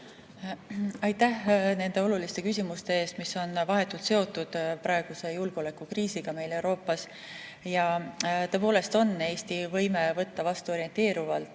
Aitäh nende oluliste küsimuste eest, mis on vahetult seotud praeguse julgeolekukriisiga Euroopas! Tõepoolest on Eestil võime võtta vastu orienteerivalt